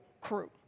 crew